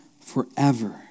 forever